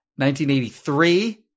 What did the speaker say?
1983